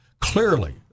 Clearly